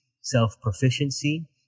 self-proficiency